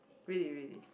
really really